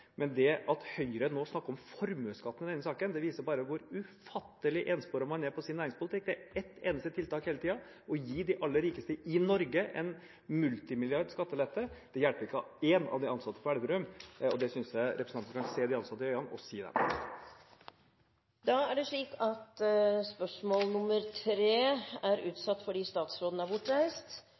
Men det at Høyre nå snakker om formuesskatt i denne saken, viser bare hvor ufattelig ensporet man er i sin næringspolitikk. Det er ett eneste tiltak hele tiden. Å gi de aller rikeste i Norge en multimilliard i skattelette hjelper ikke én av de ansatte på Elverum. Det synes jeg representanten skal se de ansatte i øynene og si. Dette spørsmålet er utsatt fordi statsråden er bortreist. Vi har allerede behandlet spørsmål